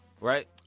Right